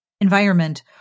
environment